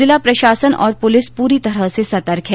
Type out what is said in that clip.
जिला प्रशासन और पुलिस प्ररी तरह सतर्क है